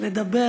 לדבר